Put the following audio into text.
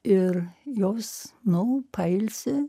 ir jos nu pailsi